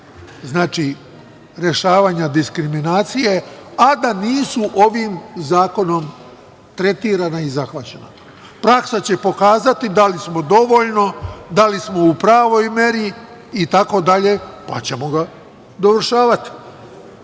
problem rešavanja diskriminacije, a da nisu ovim zakonom tretirana i zahvaćena. Praksa će pokazati da li smo dovoljno, da li smo u pravoj meri, pa ćemo ga dovršavati